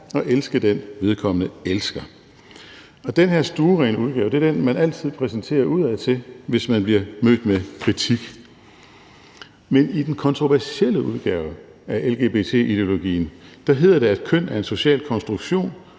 og elske den, vedkommende elsker. Den her stuerene udgave er den, man altid præsenterer udadtil, hvis man bliver mødt med kritik. Men i den kontroversielle udgave af lgbt-ideologien hedder det, at køn er en social konstruktion